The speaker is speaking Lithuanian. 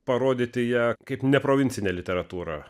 parodyti ją kaip ne provincinę literatūrą